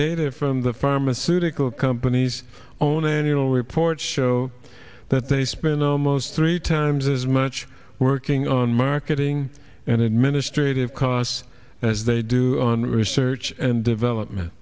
data from the pharmaceutical companies own annual reports show that they spend almost three times as much working on marketing and administrative costs as they do on research and development